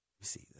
see